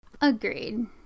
Agreed